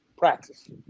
Practice